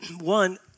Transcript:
one